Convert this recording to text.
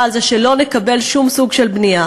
על זה שלא נקבל שום סוג של בנייה.